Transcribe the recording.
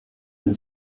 den